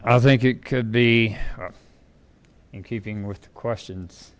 i think it could be in keeping with questions